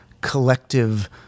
collective